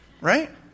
right